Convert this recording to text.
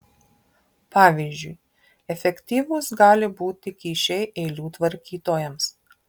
pavyzdžiui efektyvūs gali būti kyšiai eilių tvarkytojams